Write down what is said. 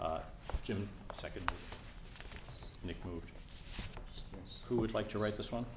jim second nick moved who would like to write this one